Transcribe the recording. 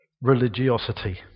religiosity